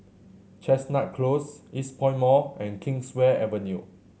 Chestnut Close Eastpoint Mall and Kingswear Avenue